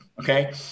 okay